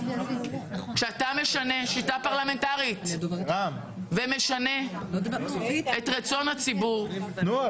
כשאתה משנה שיטה פרלמנטרית ומשנה את רצון הציבור -- נו,